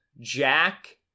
jack